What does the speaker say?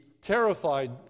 terrified